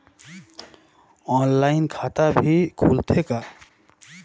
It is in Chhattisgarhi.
ऑनलाइन खाता भी खुलथे का?